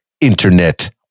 internet